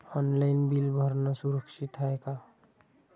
Online bill भरनं सुरक्षित हाय का?